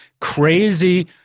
crazy